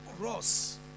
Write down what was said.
cross